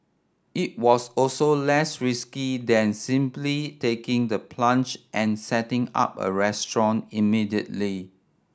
it was also less risky than simply taking the plunge and setting up a restaurant immediately